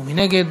מי נגד?